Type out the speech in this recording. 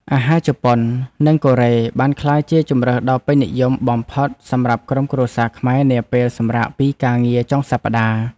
អាហារជប៉ុន និងកូរ៉េបានក្លាយជាជម្រើសដ៏ពេញនិយមបំផុតសម្រាប់ក្រុមគ្រួសារខ្មែរនាពេលសម្រាកពីការងារចុងសប្តាហ៍។